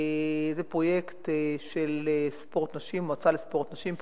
זה פרויקט של המועצה לספורט נשים,